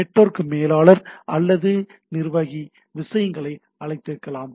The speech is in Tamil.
நெட்வொர்க் மேலாளர் அல்லது நிர்வாகி விஷயங்களை அழைக்கலாம்